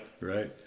right